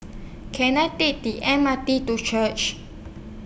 Can I Take The M R T to Church